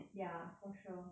ya for sure